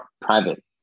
private